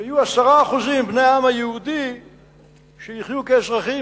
שיהיו 10% בני העם היהודי שיחיו כאזרחים